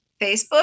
Facebook